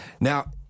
Now